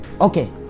Okay